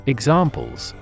Examples